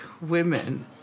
women